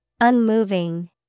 Unmoving